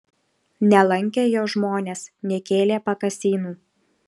nelankė jo žmonės nekėlė pakasynų